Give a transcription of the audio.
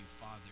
father